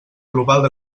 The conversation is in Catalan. global